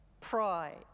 Pride